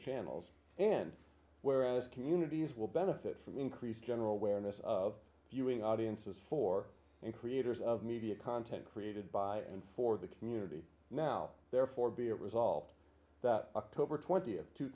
channels and where as communities will benefit from increased general awareness of viewing audiences for and creators of media content created by and for the community now therefore be it resolved that october twent